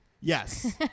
Yes